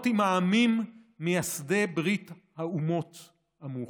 עם העמים מייסדי ברית האומות המאוחדות".